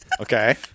Okay